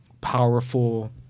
powerful